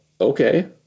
okay